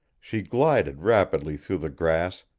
she glided rapidly through the grass,